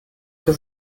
für